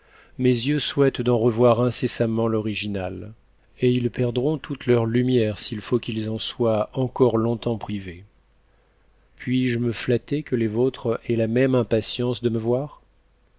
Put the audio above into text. mes yeux souhaitent d'en revoir incessamment l'original et ils perdront toute leur lumière s'il faut qu'iis n n soient encore longtemps privés puis-je me flatter que les vôtres aient la même impatience de me voir